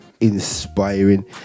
inspiring